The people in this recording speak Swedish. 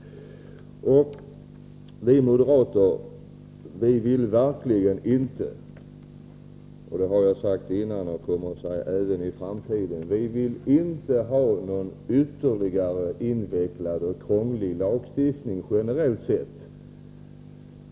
Vi moderater vill verkligen inte ha — det har jag sagt tidigare och kommer även att säga i framtiden — någon ytterligare invecklad och krånglig lagstiftning generellt sett.